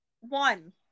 One